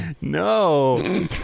no